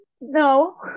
no